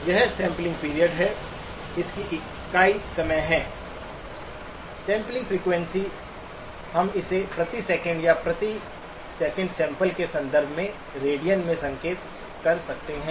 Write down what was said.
यह sampling period है इसकी इकाई समय है सैंपलिंग फ्रीक्वेंसी हम इसे प्रति सेकंड या प्रति सेकंड सैंपल के संदर्भ में रेडियन से संकेत कर सकते हैं